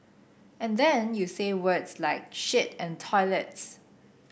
and then you say words like shit and toilets